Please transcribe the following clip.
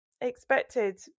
expected